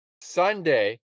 Sunday